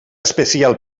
especial